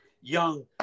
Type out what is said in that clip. young